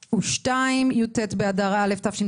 י"ט באדר א' התשפ"ב.